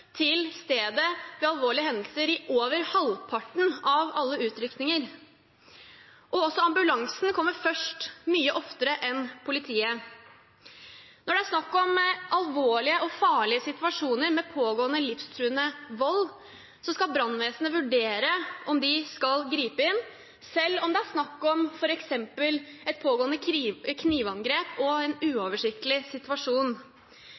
til stedet ved alvorlige hendelser i over halvparten av alle utrykninger, og også ambulansene kommer først mye oftere enn politiet. Når det er snakk om alvorlige og farlige situasjoner med pågående livstruende vold, skal brannvesenet vurdere om de skal gripe inn, selv om det er snakk om f.eks. et pågående knivangrep og en uoversiktlig situasjon.